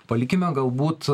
palikime galbūt